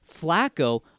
Flacco